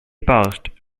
paused